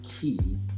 key